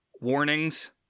warnings